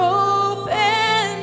open